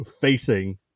facing